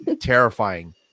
terrifying